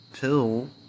pill